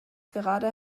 gerade